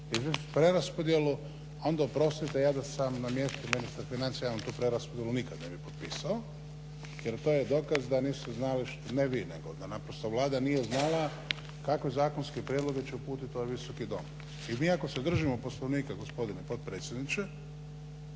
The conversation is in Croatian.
preraspodjelu onda oprostite, ja da sam na mjestu Ministra financija ja vam tu preraspodjelu nikad ne bih potpisao jer to je dokaz da nisu znali, ne vi, nego da naprosto Vlada nije znala kako zakonske prijedloge će uputiti ovaj Visoki dom. Jer mi ako se držimo poslovnika gospodine potpredsjedniče